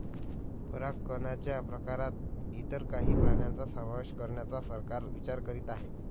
परागकणच्या प्रकारात इतर काही प्राण्यांचा समावेश करण्याचा सरकार विचार करीत आहे